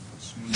דמוקרטיה,